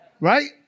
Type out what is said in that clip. Right